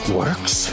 works